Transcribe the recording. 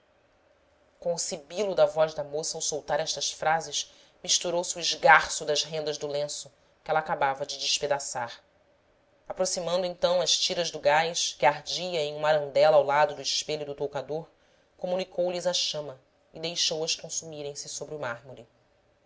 sibilo da voz da moça ao soltar estas frases misturou se o esgarço das rendas do lenço que ela acabava de despedaçar aproximando então as tiras do gás que ardia em uma arandela ao lado do espelho do toucador comunicou lhes a chama e deixou as consumirem se sobre o mármore